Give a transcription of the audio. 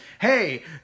Hey